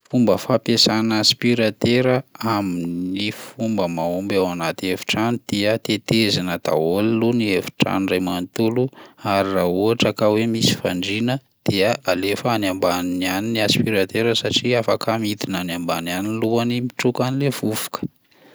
Fomba fampiasana aspiratera amin'ny fomba mahomby ao anaty efitrano dia tetezina daholo aloha ny efitrano ray manontolo ary raha ohatra ka hoe misy fandriana dia alefa any ambaniny any ny aspiratera satria afaka midina any ambany any ny lohany mitroka an'le vovoka.